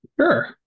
Sure